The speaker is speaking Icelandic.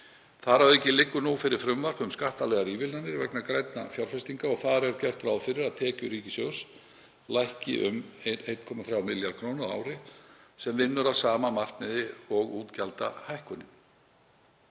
Þar að auki liggur fyrir frumvarp um skattalegar ívilnanir vegna grænna fjárfestinga og þar er gert ráð fyrir að tekjur ríkissjóðs lækki um 1,3 milljarða kr. á ári, sem vinnur að sama markmiði og útgjaldahækkunin.